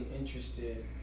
interested